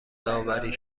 داوری